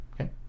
okay